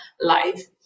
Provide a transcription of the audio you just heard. life